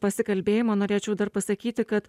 pasikalbėjimo norėčiau dar pasakyti kad